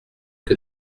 que